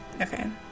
Okay